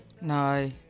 No